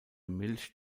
milch